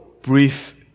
brief